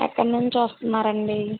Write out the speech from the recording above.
ఎక్కడ నుంచి వస్తున్నారండీ